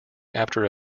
after